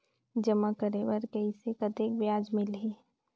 जमा करे बर कइसे कतेक ब्याज मिलही?